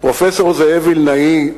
פרופסור זאב וילנאי,